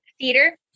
theater